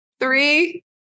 Three